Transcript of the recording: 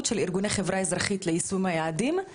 של ארגוני חברה אזרחית ליישום היעדים.